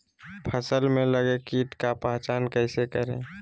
फ़सल में लगे किट का पहचान कैसे करे?